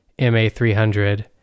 MA300